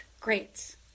Great